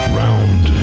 round